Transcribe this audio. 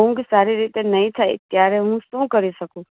ઊંઘ સારી રીતે નહીં થાય ત્યારે હું શું કરી શકું